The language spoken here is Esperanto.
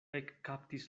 ekkaptis